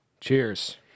Cheers